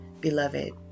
beloved